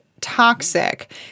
toxic